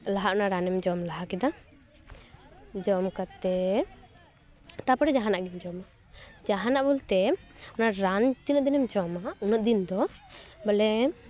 ᱞᱟᱦᱟ ᱚᱱᱟ ᱨᱟᱱᱮᱢ ᱡᱚᱢ ᱞᱟᱦᱟ ᱠᱮᱫᱟ ᱡᱚᱢ ᱠᱟᱛᱮ ᱛᱟᱯᱚᱨᱮ ᱡᱟᱦᱟᱱᱟᱜ ᱜᱮᱢ ᱡᱚᱢᱟ ᱡᱟᱦᱟᱱᱟᱜ ᱵᱳᱞᱛᱮ ᱚᱱᱟ ᱨᱟᱱ ᱛᱤᱱᱟᱹᱜ ᱫᱤᱱᱮᱢ ᱡᱚᱢᱟ ᱩᱱᱟᱹᱜ ᱫᱤᱱ ᱫᱚ ᱵᱚᱞᱮ